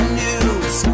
news